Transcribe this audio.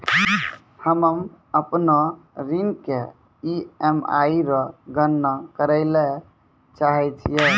हम्म अपनो ऋण के ई.एम.आई रो गणना करैलै चाहै छियै